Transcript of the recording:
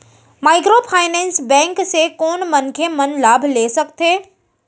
Microfinance bank से कोन मनखे मन लाभ ले सकथे?